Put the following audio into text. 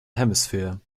hemisphere